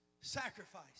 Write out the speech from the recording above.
sacrifice